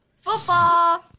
Football